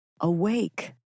Awake